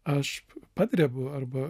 aš padrebu arba